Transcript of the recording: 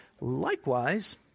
Likewise